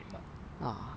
uh